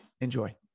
Enjoy